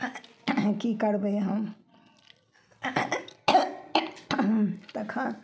की करबय हम तखन